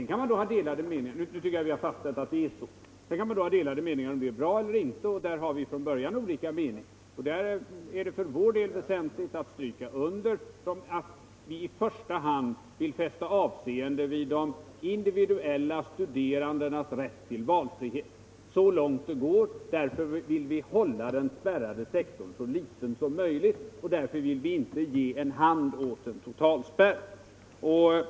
Jag tycker vi kan fastslå att det är så. Sedan kan vi ha delade meningar om det är bra eller inte, och där har vi ju från början olika meningar. För vår del är det väsentligt att stryka under att vi i första hand vill fästa avseende vid de studerandes rätt till valfrihet så långt det går. Därför vill vi hålla den spärrade sektorn så liten som möjligt. Därför vill vi inte ge en hand åt en totalspärr.